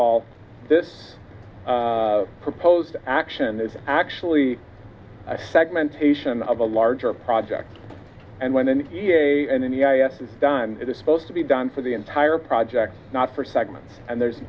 all this proposed action is actually a segmentation of a larger project and when an e a and then the i a s is done it is supposed to be done for the entire project not for segments and there's